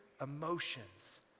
emotions